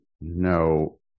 no